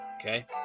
Okay